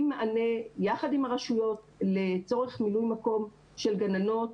מענה יחד עם הרשויות לצורך מילוי מקום של גננות.